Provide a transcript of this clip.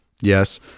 Yes